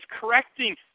correcting